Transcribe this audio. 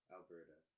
Alberta